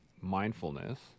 mindfulness